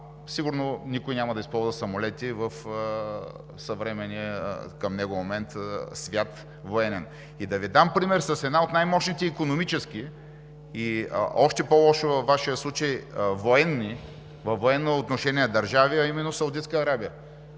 сигурно никой няма да използва самолети в съвременния военен свят към него момент. И да Ви дам пример с една от най-мощните икономически и още по-лошо във Вашия случай военни, във военно отношение държави, а именно Саудитска Арабия.